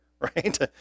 right